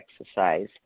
exercise